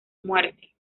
muerte